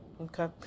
Okay